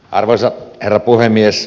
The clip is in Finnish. arvoisa herra puhemies